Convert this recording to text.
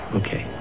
okay